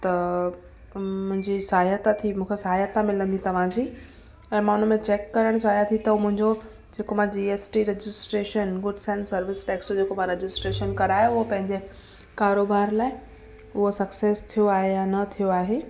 त मुंहिंजी सहायता थी मूंखे सहायता मिलंदी तव्हांजी ऐं मां उनमें चैक करण चाहिया थी त मुंहिंजो जेको मां G S T registration goods and service tax जेको मां रजिस्ट्रेशन करायो हो पंहिंजे कारोबार लाइ हूअ सक्सेस थियो आहे या न थियो आहे